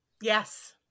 yes